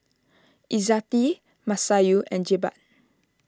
Izzati Masayu and Jebat